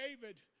David